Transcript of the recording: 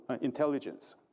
intelligence